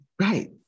right